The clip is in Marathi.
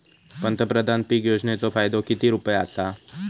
पंतप्रधान पीक योजनेचो फायदो किती रुपये आसा?